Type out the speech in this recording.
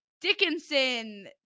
Dickinson